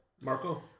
Marco